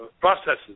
processes